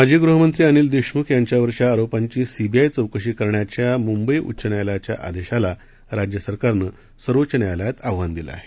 माजी गृहमंत्री अनिल देशमुख यांच्या वरच्या आरोपांची सीबीआय चौकशी करण्याच्या मुंबई उच्च न्यायालयाच्या आदेशाला राज्य सरकारनं सर्वोच्च न्यायलयात आव्हान दिलं आहे